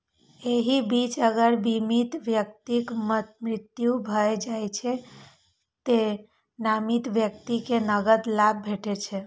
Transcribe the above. एहि बीच अगर बीमित व्यक्तिक मृत्यु भए जाइ छै, तें नामित व्यक्ति कें नकद लाभ भेटै छै